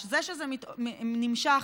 עד כדי כך שלפני שנתיים,